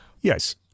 Yes